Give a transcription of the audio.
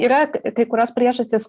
yra kai kurios priežastys